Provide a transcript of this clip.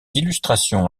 illustrations